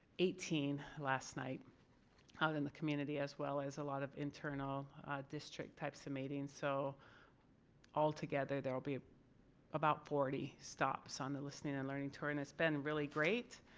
eighteen last night out in the community as well as a lot of internal district types of meetings so altogether there will be about forty stops on the listening and learning tour and it's been really great.